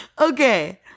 okay